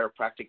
chiropractic